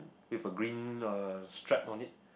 with a green uh strap on it